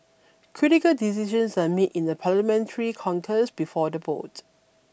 critical decisions are made in a Parliamentary caucus before the vote